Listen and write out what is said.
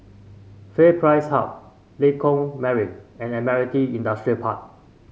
FairPrice Hub Lengkok Mariam and Admiralty Industrial Park